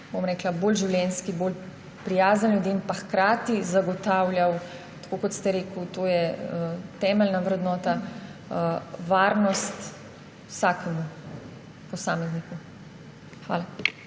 bo bolj življenjski, bolj prijazen ljudem pa bo hkrati zagotavljal, tako kot ste rekli, to je temeljna vrednota, varnost vsakemu posamezniku. Hvala.